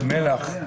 תודה.